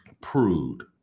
prude